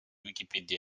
wikipedia